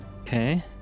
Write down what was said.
Okay